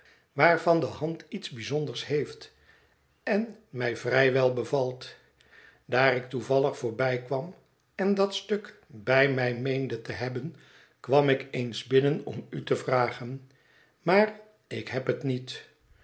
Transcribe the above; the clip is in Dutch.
waarvan de hand iets bijzonders heeft en mij vrij wel bevalt daar ik toevallig voorbijkwam en dat stuk bij mij meende te hebben kwam ik eens binnen om u te vragen maar ik heb het niet